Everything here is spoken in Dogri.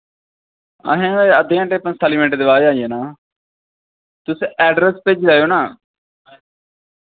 असैं ते अद्धे घैंटे पंजताली मैंट दे बाच आई जाना तुस एड्रेस भेजी लैयो ना